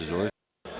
Izvolite.